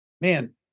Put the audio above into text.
Man